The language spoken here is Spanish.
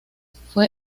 fue